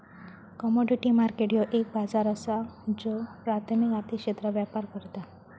commodity market ह्यो एक बाजार असा ज्यो प्राथमिक आर्थिक क्षेत्रात व्यापार करता